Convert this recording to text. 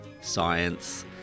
Science